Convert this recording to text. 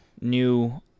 new